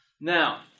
Now